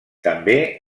també